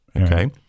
Okay